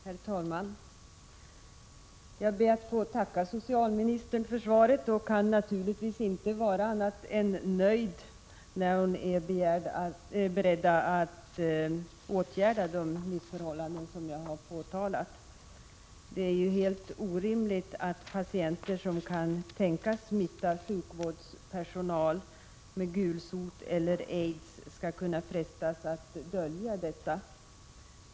Herr talman! Jag ber att få tacka socialministern för svaret. Jag kan naturligtvis inte vara annat än nöjd när hon är beredd att åtgärda dé missförhållanden som jag har påtalat. Det är helt orimligt att patienter som kan tänkas smitta sjukvårdspersonalen med gulsot eller aids skall kunna frestas att dölja detta.